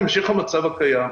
המשך המצב הקיים,